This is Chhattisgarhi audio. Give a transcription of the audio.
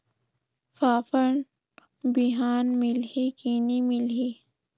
फाफण बिहान मिलही की नी मिलही?